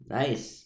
nice